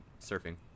surfing